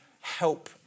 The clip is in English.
help